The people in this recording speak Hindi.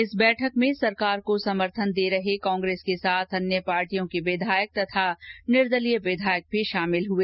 इस बैठक में सरकार को समर्थन कर रहे कांग्रेस के साथ अन्य पार्टियों के विधायक तथा निर्दलीय विधायक भी शामिल हुए